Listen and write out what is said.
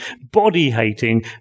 body-hating